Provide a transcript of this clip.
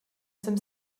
some